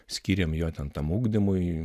skyrėm jo ten tam ugdymui